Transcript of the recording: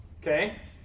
Okay